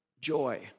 joy